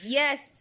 yes